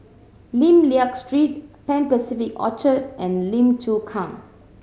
Lim Liak Street Pan Pacific Orchard and Lim Chu Kang